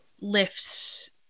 lifts